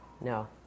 No